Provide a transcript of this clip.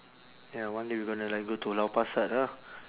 ya one day we gonna like go to lau pa sat ah